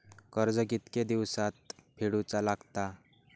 कर्ज कितके दिवसात फेडूचा लागता?